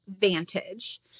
Vantage